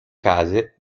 case